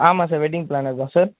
ஆமாம் sir wedding planner தான் sir